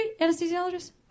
anesthesiologist